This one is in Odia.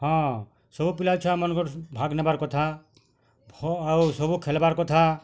ହଁ ସବୁ ପିଲା ଛୁଆ ମାନକର୍ ଭାଗ୍ ନେବାର୍ କଥା ଆଉ ସବୁ ଖେଲବାର୍ କଥା